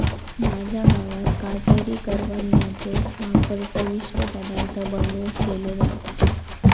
माझ्या गावात काटेरी करवंदाचो वापर चविष्ट पदार्थ बनवुक केलो जाता